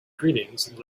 greetings